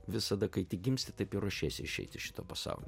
visada kai tik gimsti taip ir ruošiesi išeit iš šito pasaulio